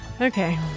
Okay